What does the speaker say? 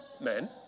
men